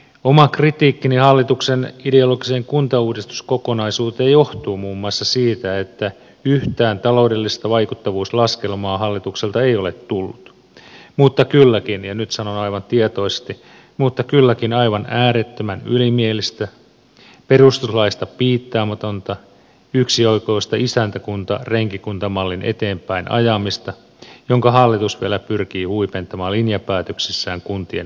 oma kritiikkini hallituksen ideologiseen kuntauudistuskokonaisuuteen johtuu muun muassa siitä että yhtään taloudellista vaikuttavuuslaskelmaa hallitukselta ei ole tullut mutta kylläkin ja nyt sanon aivan tietoisesti aivan äärettömän ylimielistä perustuslaista piittaamatonta yksioikoista isäntäkuntarenkikunta mallin eteenpäinajamista jonka hallitus vielä pyrkii huipentamaan linjapäätöksissään kuntien pakkoliitoksilla